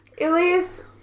Elise